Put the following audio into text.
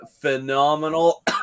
phenomenal